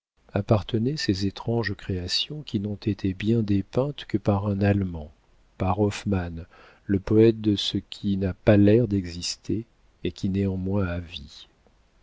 à ces étranges créations qui n'ont été bien dépeintes que par un allemand par hoffmann le poète de ce qui n'a pas l'air d'exister et qui néanmoins a vie